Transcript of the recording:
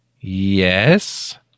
Yes